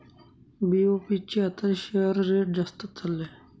BOB चे आताचे share rate जास्तच चालले आहे